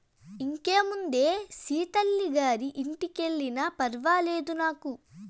ఇంకేముందే సీతల్లి గారి ఇంటికెల్లినా ఫర్వాలేదు నాకు